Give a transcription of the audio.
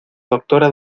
doctora